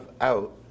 out